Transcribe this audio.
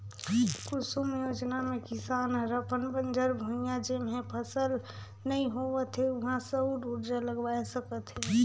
कुसुम योजना मे किसान हर अपन बंजर भुइयां जेम्हे फसल नइ होवत हे उहां सउर उरजा लगवाये सकत हे